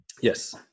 yes